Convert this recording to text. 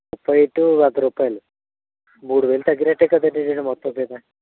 ముప్పై ఇన్టు వంద రూపాయలు మూడు వేలు తగ్గినట్టే కదండి మీకు మొత్తం మీద